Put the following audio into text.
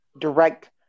direct